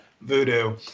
voodoo